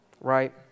Right